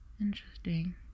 Interesting